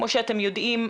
כמו שאתם יודעים,